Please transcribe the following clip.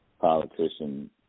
politician